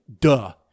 Duh